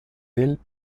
del